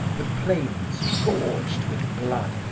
the plains, gorged with blood,